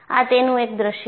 આ તેનું એક દૃશ્ય છે